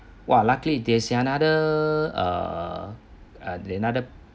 !wah! luckily there is another uh the another